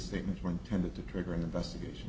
statements were intended to trigger an investigation